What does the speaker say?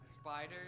Spiders